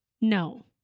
No